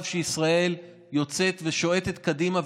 וממול מצב שישראל יוצאת ושועטת קדימה,